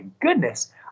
goodness